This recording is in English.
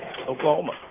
Oklahoma